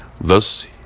Thus